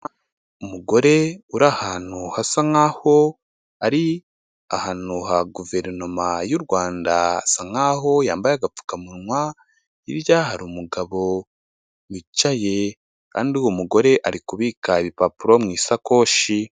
Umugore urahantu hasa nkaho ari ahantu ha guverinoma y'urwanda asa nkaho yambaye agapfukamunwa, hirya hari umugabo wicaye Kandi uwo mugore ari kubika ibipapuro mwisakoshi.